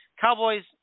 Cowboys